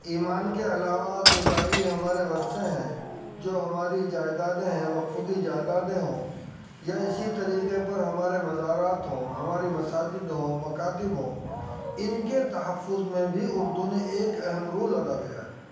ایمان کے علاوہ جو ظاہری ہمارے ورثے ہیں جو ہماری جائیدادیں ہیں وقف کی جائیدادیں ہوں یا اسی طریقے پر ہمارے مزارات ہوں ہماری مساجد ہوں مکاتب ہوں ان کے تحفظ میں بھی اردو نے ایک اہم رول ادا کیا ہے